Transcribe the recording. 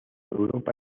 europa